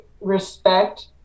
respect